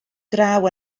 draw